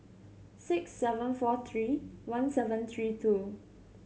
six seven four three one seven three two